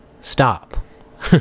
stop